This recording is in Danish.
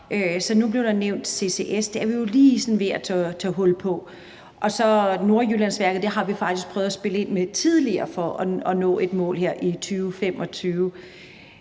Nu blev der nævnt CCS, og det er vi jo lige sådan ved at tage hul på, og Nordjyllandsværket har vi faktisk prøvet at spille ind med tidligere for at nå et mål her i 2025.